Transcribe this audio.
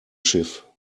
schiff